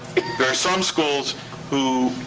there are some schools who